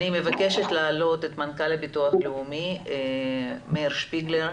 וזמנו קצר אני מבקשת להעלות את מאיר שפיגלר,